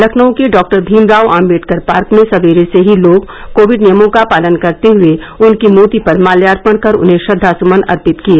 लखनऊ के doctor Bhimrao Ambedkar park में सबेरे से ही लोग कोविड नियमों का पालन करते हए उनकी मूर्ति पर माल्यापर्ण कर उन्हें श्रद्वा सुमन अर्पित किए